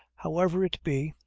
however it be,